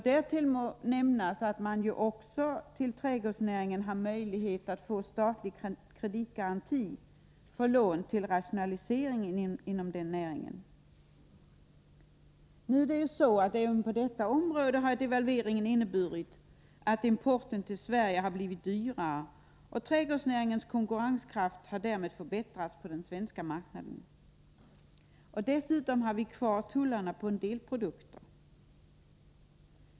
Därtill må nämnas att trädgårdsnäringen också har möjlighet att få statlig kreditgaranti för lån till rationalisering inom näringen. Även på detta område har devalveringen inneburit att importen till Sverige har blivit dyrare, och trädgårdsnäringens konkurrenskraft har därmed förbättrats på den svenska marknaden. Dessutom har vi kvar tullarna på en del produkter.